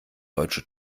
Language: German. deutsche